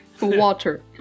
Water